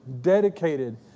dedicated